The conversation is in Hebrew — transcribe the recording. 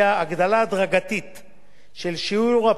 של שיעור הפטור בארבע פעימות,